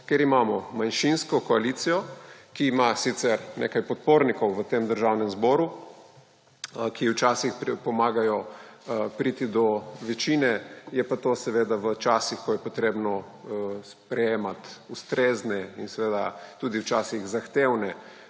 ker imamo manjšinsko koalicijo, ki ima sicer nekaj podpornikov v tem državnem zboru, ki včasih pomagajo priti do večine, je pa to seveda v časih, ko je potrebno sprejemati ustrezne in seveda tudi včasih zahtevne